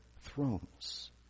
thrones